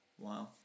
wow